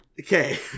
Okay